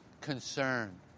concern